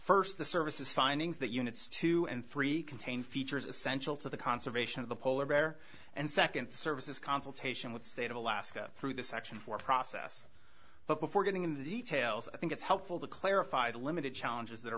first the services findings that units two and three contain features essential to the conservation of the polar bear and second services consultation with the state of alaska through this action or process but before getting into the details i think it's helpful to clarify the limited challenges that are